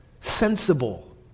sensible